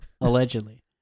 Allegedly